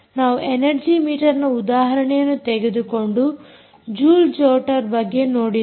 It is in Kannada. ನಾವು ಎನರ್ಜೀ ಮೀಟರ್ನ ಉದಾಹರಣೆಯನ್ನು ತೆಗೆದುಕೊಂಡು ಜೂಲ್ ಜೊಟರ್ ಬಗ್ಗೆ ನೋಡಿದ್ದೇವೆ